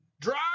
Drive